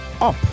up